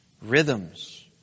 Rhythms